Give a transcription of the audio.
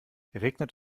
regnet